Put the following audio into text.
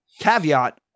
caveat